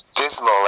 dismal